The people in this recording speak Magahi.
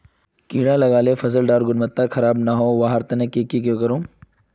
कीड़ा लगाले फसल डार गुणवत्ता खराब ना होबे वहार केते की करूम?